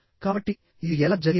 కాబట్టిఇది ఎలా జరిగింది